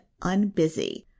unbusy